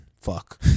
Fuck